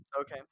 Okay